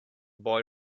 boy